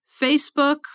Facebook